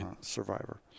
survivor